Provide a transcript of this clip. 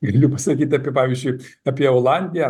galiu pasakyt apie pavyzdžiui apie olandiją